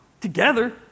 together